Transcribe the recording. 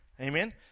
Amen